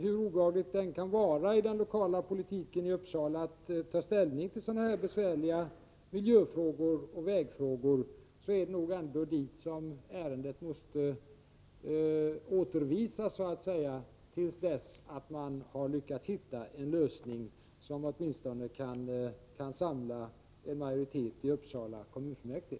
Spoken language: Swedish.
Hur obehagligt det än kan vara i den lokala politiken i Uppsala att ta ställning till sådana här besvärliga miljöfrågor och vägfrågor, är det ändå till kommunen som ärendet måste så att säga återförvisas till dess att man lyckats hitta en lösning, som åtminstone kan samla en majoritet i Uppsala kommunfullmäktige.